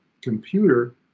computer